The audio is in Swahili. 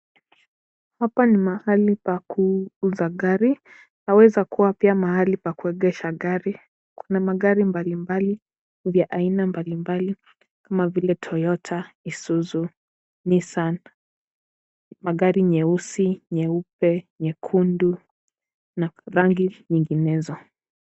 Hapa ni mahali pa kuuza gari. Paweza kuwa pia mahali pa kuegesha gari. Kuna magari mbalimbali vya aina mbalimbali kama vile toyota, isuzu, nissan, magari nyeusi, nyeupe, nyekundu na rangi nyinginezo.